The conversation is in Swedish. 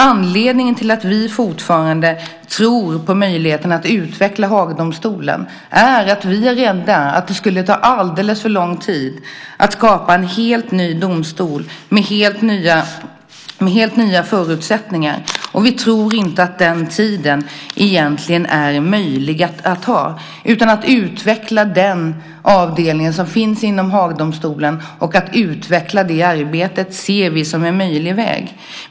Anledningen till att vi fortfarande tror på möjligheten att utveckla Haagdomstolen är att vi är rädda att det skulle ta alldeles för lång tid att skapa en helt ny domstol med helt nya förutsättningar. Vi tror inte att den tiden finns. Därför ser vi det som en möjlig väg att utveckla den avdelning som finns inom Haagdomstolen och det arbetet som bedrivs där.